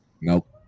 Nope